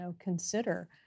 consider